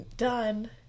done